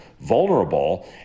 vulnerable